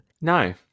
No